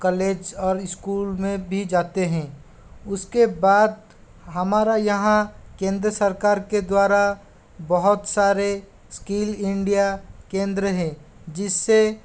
college और school में भी जाते हैं उसके बाद हमारा यहाँ केंद्र सरकार के द्वारा बहुत सारे इस्किल इंडिया केंद्र है जिससे